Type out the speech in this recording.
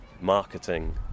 marketing